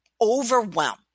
overwhelm